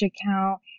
account